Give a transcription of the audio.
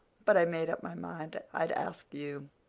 but i made up my mind i'd ask you.